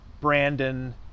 Brandon